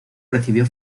recibió